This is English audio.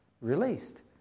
released